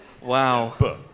Wow